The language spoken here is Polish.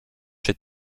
czy